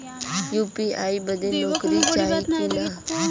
UPI बदे नौकरी चाही की ना?